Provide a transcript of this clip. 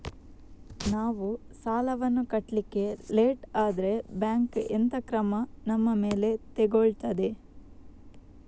ನಾವು ಸಾಲ ವನ್ನು ಕಟ್ಲಿಕ್ಕೆ ಲೇಟ್ ಆದ್ರೆ ಬ್ಯಾಂಕ್ ಎಂತ ಕ್ರಮ ನಮ್ಮ ಮೇಲೆ ತೆಗೊಳ್ತಾದೆ?